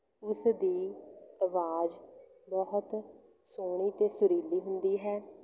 ਉਸਦੀ ਆਵਾਜ਼ ਬਹੁਤ ਸੋਹਣੀ ਅਤੇ ਸੁਰੀਲੀ ਹੁੰਦੀ ਹੈ